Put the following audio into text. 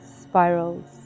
spirals